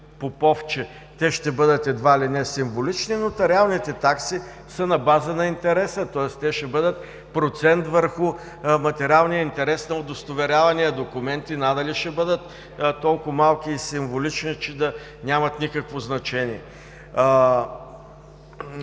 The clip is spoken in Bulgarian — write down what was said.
Попов, че те ще бъдат едва ли не символични. Нотариалните такси са на база на интереса, тоест те ще бъдат процент върху материалния интерес на удостоверявания документ и надали ще бъдат толкова малки и символични, че да нямат никакво значение.